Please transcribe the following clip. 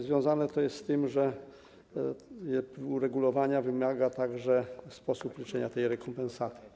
Związane jest to z tym, że uregulowania wymaga także sposób liczenia tej rekompensaty.